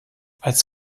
als